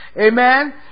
Amen